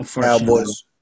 Cowboys